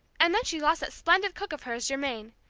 and then she lost that splendid cook of hers, germaine.